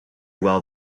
well